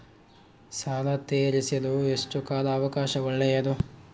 ಸಾಲ ತೇರಿಸಲು ಎಷ್ಟು ಕಾಲ ಅವಕಾಶ ಒಳ್ಳೆಯದು?